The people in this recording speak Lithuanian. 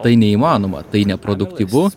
tai neįmanoma tai neproduktyvu